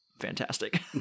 fantastic